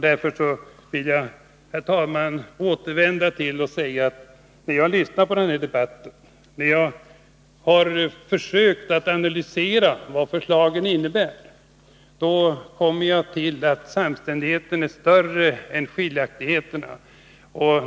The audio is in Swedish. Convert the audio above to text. Därför vill jag, herr talman, understryka att när jag lyssnar på den här debatten och försöker analysera vad förslagen innebär kommer jag till att samstämmigheten är större än skiljaktigheterna.